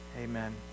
Amen